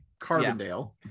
carbondale